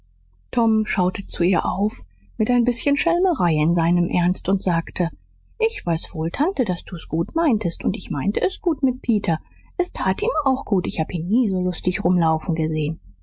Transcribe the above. tom schaute zu ihr auf mit ein bißchen schelmerei in seinem ernst und sagte ich weiß wohl tante daß du's gut meintest und ich meinte es gut mit peter es tat ihm auch gut ich hab ihn nie so lustig rumlaufen gesehen